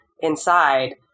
inside